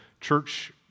church